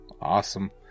awesome